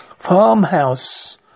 Farmhouse